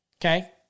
okay